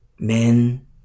Men